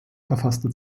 verfasste